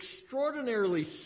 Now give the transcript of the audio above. extraordinarily